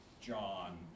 John